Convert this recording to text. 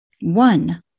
One